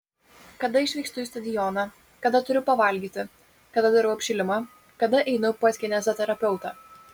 kada išvykstu į stadioną kada turiu pavalgyti kada darau apšilimą kada einu pas kineziterapeutą